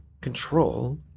control